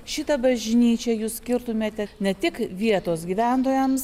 šitą bažnyčią jūs skirtumėte ne tik vietos gyventojams